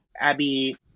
Abby